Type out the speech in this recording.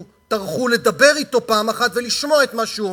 טרחו לדבר אתו פעם אחת ולשמוע את מה שהוא אומר.